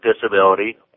disability